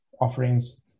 offerings